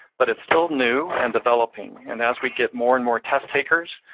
but it's still new and developing. and as we get more and more test takers,